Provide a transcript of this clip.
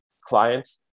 clients